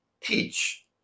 teach